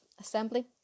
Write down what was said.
assembly